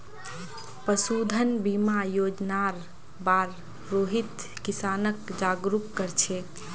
पशुधन बीमा योजनार बार रोहित किसानक जागरूक कर छेक